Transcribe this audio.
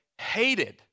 hated